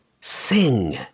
sing